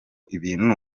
ibintu